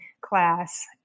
class